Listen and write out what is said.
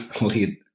lead